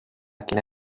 quien